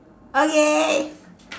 okay